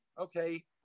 okay